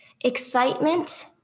excitement